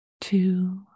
two